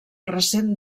recent